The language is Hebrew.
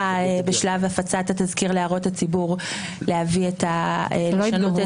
בשלב הפצת התזכיר להערות הציבור להביא את הנוסח.